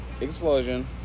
explosion